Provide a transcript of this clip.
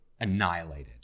annihilated